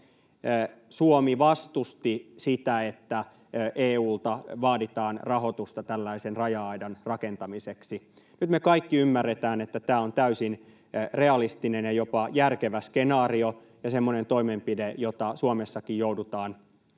Suomi vastusti sitä, että EU:lta vaaditaan rahoitusta tällaisen raja-aidan rakentamiseksi. Nyt me kaikki ymmärretään, että tämä on täysin realistinen ja jopa järkevä skenaario ja semmoinen toimenpide, jota Suomessakin joudutaan